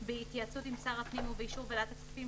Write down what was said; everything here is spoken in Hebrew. בהתייעצות עם שר הפנים ובאישור ועדת הכספים